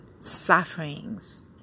sufferings